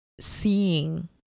seeing